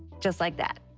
just like that.